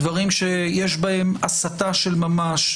דברים שיש בהם הסתה של ממש.